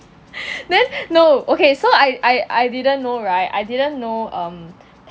then no okay so I I didn't know [right] I didn't know um